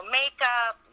makeup